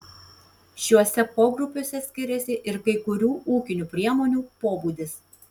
šiuose pogrupiuose skiriasi ir kai kurių ūkinių priemonių pobūdis